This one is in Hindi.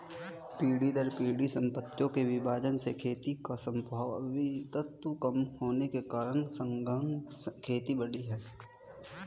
पीढ़ी दर पीढ़ी सम्पत्तियों के विभाजन से खेतों का स्वामित्व कम होने के कारण सघन खेती बढ़ी है